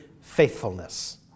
faithfulness